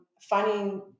finding